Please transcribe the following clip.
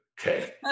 Okay